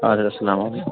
اَدٕ حظ اَسلامُ عَلیکُم